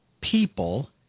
people